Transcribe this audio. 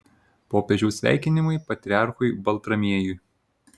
popiežiaus sveikinimai patriarchui baltramiejui